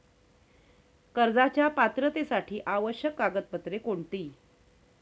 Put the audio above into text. कर्जाच्या पात्रतेसाठी आवश्यक कागदपत्रे कोणती?